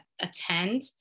attend